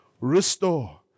restore